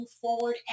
forward